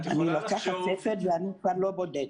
אני לוקחת ספר ואני כבר לא בודדה.